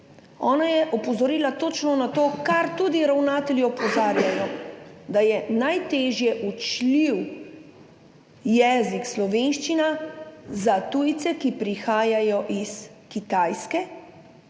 Ona je opozorila točno na to, na kar tudi ravnatelji opozarjajo – da je najtežje učljiv jezik slovenščina za tujce, ki prihajajo iz Kitajske.